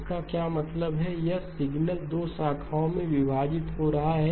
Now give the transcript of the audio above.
इसका क्या मतलब है यह सिग्नल 2 शाखाओं में विभाजित हो रहा है